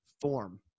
form